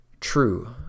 true